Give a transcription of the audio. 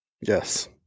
Yes